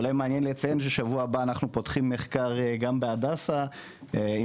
אולי מעניין לציין ששבוע הבא אנחנו פותחים מחקר גם בהדסה עם